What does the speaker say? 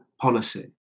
policy